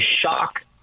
shock